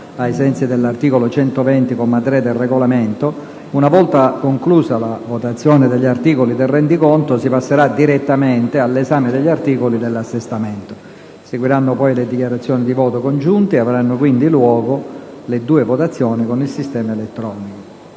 ai sensi dell'articolo 120, comma 3, del Regolamento, una volta conclusa la votazione degli articoli del rendiconto, si passerà direttamente all'esame degli articoli dell'assestamento. Seguiranno poi le dichiarazioni di voto congiunte e avranno quindi luogo le due votazioni con il sistema elettronico.